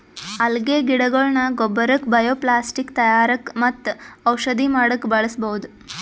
ಅಲ್ಗೆ ಗಿಡಗೊಳ್ನ ಗೊಬ್ಬರಕ್ಕ್ ಬಯೊಪ್ಲಾಸ್ಟಿಕ್ ತಯಾರಕ್ಕ್ ಮತ್ತ್ ಔಷಧಿ ಮಾಡಕ್ಕ್ ಬಳಸ್ಬಹುದ್